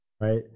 right